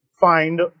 find